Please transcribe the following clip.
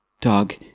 dog